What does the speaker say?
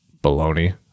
baloney